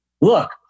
look